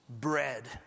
bread